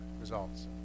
results